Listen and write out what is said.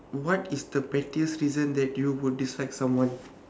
what is the pettiest season that you would dislike someone